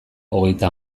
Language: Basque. hogeita